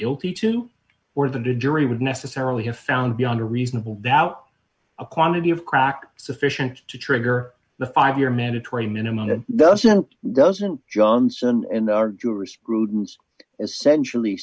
guilty to or the jury would necessarily have found beyond a reasonable doubt a quantity of crack sufficient to trigger the five year mandatory minimum that doesn't doesn't johnson and our jurisprudence essentially